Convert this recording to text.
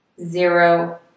Zero